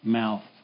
mouth